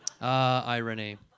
irony